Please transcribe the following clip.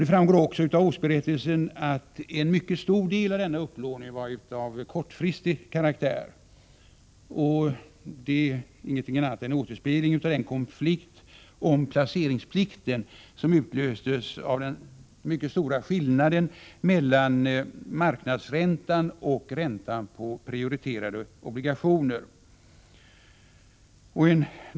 Det framgår också av årsberättelsen att en mycket stor del av upplåningen var av kortfristig karaktär. Detta är inget annat än en återspegling av den konflikt när det gäller placeringsplikten som utlöstes av den mycket stora skillnaden mellan marknadsräntan och räntan på prioriterade obligationer.